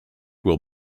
will